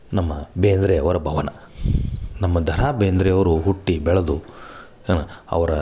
ನಮ್ಮ ಬೇಂದ್ರೆಯವರ ಭವನ ನಮ್ಮ ದ ರಾ ಬೇಂದ್ರೆಯವರು ಹುಟ್ಟಿ ಬೆಳೆದು ಏನು ಅವರ